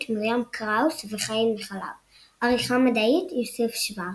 מרים קראוס וחיים מחלב; עריכה מדעית יוסף שורץ.